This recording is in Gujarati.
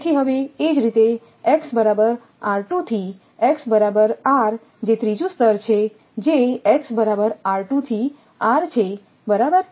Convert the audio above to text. તેથી હવે એ જ રીતે x બરાબર થી x બરાબર R જે તે ત્રીજું સ્તર છે જે x બરાબર થી R છે બરાબર